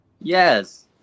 Yes